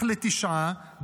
אח לתשעה,